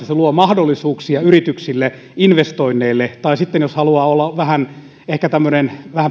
että se luo mahdollisuuksia yrityksille investoida tai sitten jos haluaa olla ehkä vähän tämmöinen